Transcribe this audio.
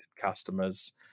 customers